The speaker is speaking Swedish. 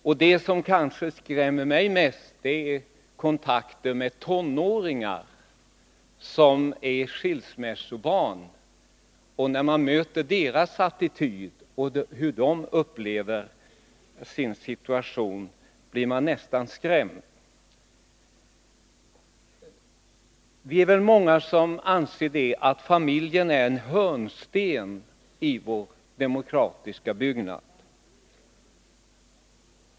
Vad som kanske skrämmer mig mest är den attityd som tonåriga skilsmässobarn uppvisar när de berättar om sin situation. Många av oss anser säkerligen att familjen är en hörnsten i vår demokratiska byggnad.